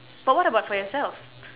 but what about for yourself